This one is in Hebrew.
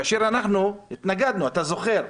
כאשר אנחנו התנגדנו, אתה זוכר,